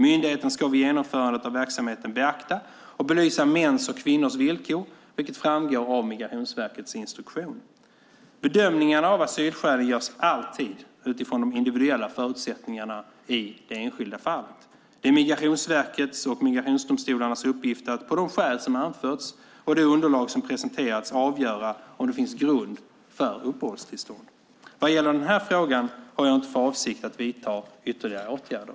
Myndigheten ska vid genomförandet av verksamheten beakta och belysa mäns och kvinnors villkor, vilket framgår av Migrationsverkets instruktion. Bedömningarna av asylskälen görs alltid utifrån de individuella förutsättningarna i det enskilda fallet. Det är Migrationsverkets och migrationsdomstolarnas uppgift att på de skäl som anförts och det underlag som presenterats avgöra om det finns grund för uppehållstillstånd. Vad gäller den här frågan har jag inte för avsikt att vidta ytterligare åtgärder.